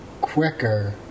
quicker